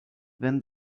when